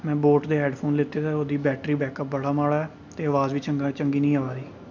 में बोट दे हेडफोन लैते दे ओह्दा बैटरी बैकअप बड़ा माड़ा ऐ ते आवाज़ बी चंगी निं ऐ आवा दी